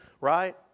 right